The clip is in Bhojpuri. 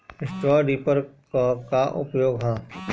स्ट्रा रीपर क का उपयोग ह?